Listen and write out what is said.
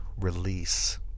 release